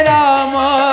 Rama